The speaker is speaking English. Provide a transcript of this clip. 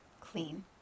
clean